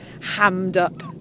hammed-up